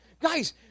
Guys